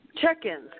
Check-ins